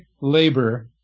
labor